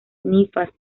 ninfas